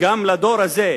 גם לדור הזה,